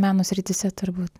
meno srityse turbūt